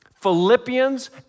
Philippians